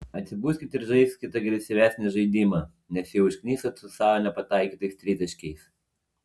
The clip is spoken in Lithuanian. atsibuskit ir žaiskit agresyvesnį žaidimą nes jau užknisot su savo nepataikytais tritaškiais